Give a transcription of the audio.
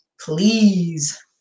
Please